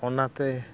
ᱚᱱᱟᱛᱮ